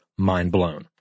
mindblown